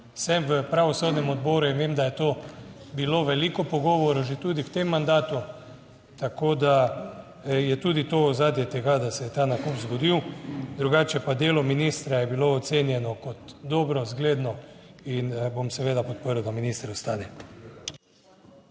v pravosodnem odboru in vem, da je to bilo veliko pogovorov že tudi v tem mandatu, tako da je tudi to ozadje tega, da se je ta nakup zgodil. Drugače pa delo ministra je bilo ocenjeno kot dobro, zgledno in bom seveda podprl, da minister ostane.